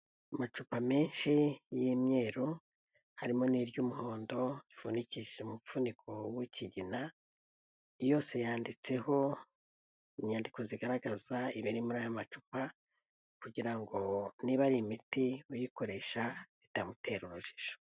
Amacupa menshi y'imyeru harimo n'iry'umuhondo rifunikishijwe umufuniko w'ikigina, yose yanditseho inyandiko zigaragaza ibiri muri aya macupa, kugira ngo niba ari imiti uyikoresha bitamutera urujijo.